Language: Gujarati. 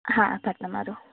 હા આભાર તમારો